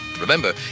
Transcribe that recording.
Remember